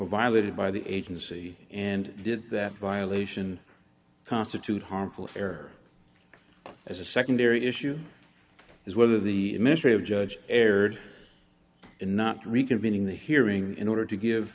violated by the agency and did that violation constitute harmful air as a secondary issue is whether the mystery of judge erred in not reconvening the hearing in order to give